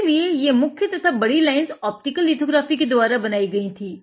इसीलिए ये मुख्य तथा बड़ी लाइन्स ऑप्टिकल लिथोग्राफी के द्वारा बनाई गयी थी